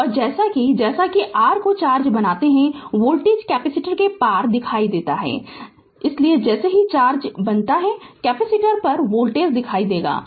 और जैसा कि और जैसा कि r जो चार्ज बनाता है वोल्टेज कैपेसिटर के पार दिखाई देता है इसलिए जैसे ही चार्ज बनता है कैपेसिटर के पर वोल्टेज दिखाई देता है